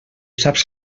saps